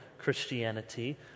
Christianity